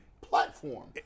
platform